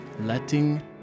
letting